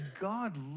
God